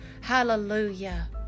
Hallelujah